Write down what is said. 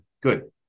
good